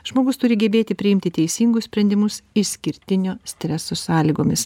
žmogus turi gebėti priimti teisingus sprendimus išskirtinio streso sąlygomis